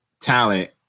talent